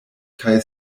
kaj